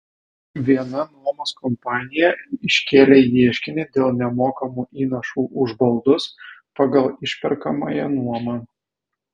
viena nuomos kompanija iškėlė ieškinį dėl nemokamų įnašų už baldus pagal išperkamąją nuomą